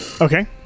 Okay